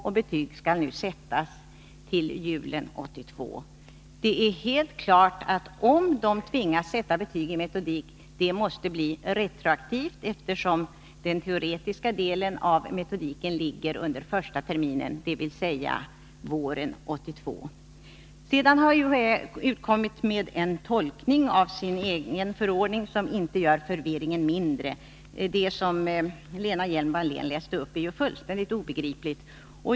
Och betyg skall sättas till julen 1982. Det är helt klart att om man tvingas sätta betyg i metodik, kommer de betygen att bli retroaktiva, eftersom den teoretiska delen av metodiken var förlagd till första terminen, dvs. våren 1982. Sedan har UHÄ utgivit en tolkning av sin egen förordning som inte gör förvirringen mindre. Det är det förtydligande som Lena Hjelm-Wallén läste upp och som ju är fullständigt obegripligt.